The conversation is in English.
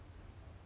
!wah!